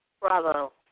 Bravo